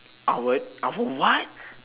outward outward what